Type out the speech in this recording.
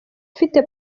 ifite